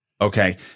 Okay